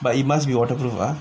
but it must be waterproof ah